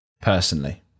Personally